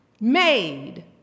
made